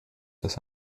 das